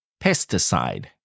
Pesticide